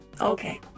Okay